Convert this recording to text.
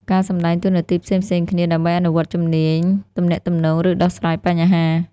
ការសម្តែងតួនាទីផ្សេងៗគ្នា ដើម្បីអនុវត្តជំនាញទំនាក់ទំនង ឬដោះស្រាយបញ្ហា។